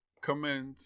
comment